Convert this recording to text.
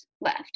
left